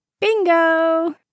Bingo